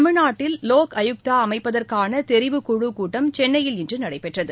தமிழ்நாட்டில் லோக் ஆயுக்தா அமைப்பதற்கான தெரிவுக்குழு கூட்டம் சென்னையில் இன்று நடைபெற்றது